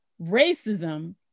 racism